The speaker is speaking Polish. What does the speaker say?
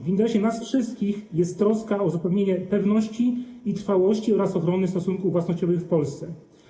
W interesie nas wszystkich jest troska o zapewnienie pewności i trwałości oraz ochrony stosunków własnościowych w Polsce.